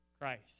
Christ